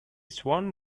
swan